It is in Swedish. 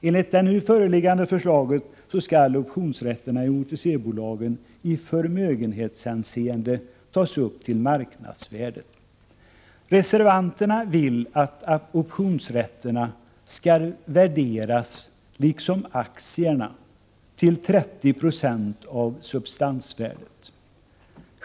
Enligt det nu föreliggande förslaget skall optionsrätterna i OTC-bolagen i förmögenhetshänseende tas upp till marknadsvärdet. Reservanterna vill att optionsrätterna liksom aktierna skall värderas till 30 96 av substansvärdet.